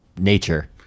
nature